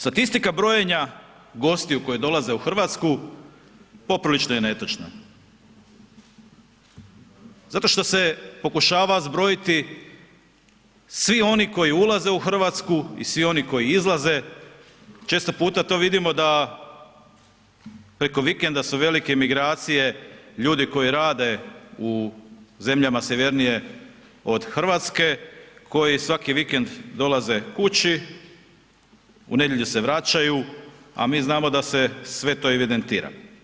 Statistika brojenja gostiju koji dolaze u Hrvatsku poprilično je netočna zato što se pokušava zbrojiti svi oni koji ulaze u Hrvatsku i vi oni koji izlaze, često puta to vidimo da preko vikenda su velike migracije ljudi koji rade u zemljama sjevernije od Hrvatske koji svaki vikend dolaze kući, u nedjelju se vraćaju a mi znamo da se sve to evidentira.